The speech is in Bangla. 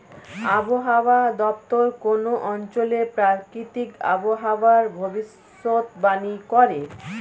আবহাওয়া দপ্তর কোন অঞ্চলের প্রাকৃতিক আবহাওয়ার ভবিষ্যতবাণী করে